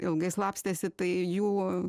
ilgai slapstėsi tai jų